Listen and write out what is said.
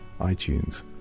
iTunes